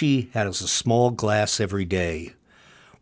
ditch he had a small glass every day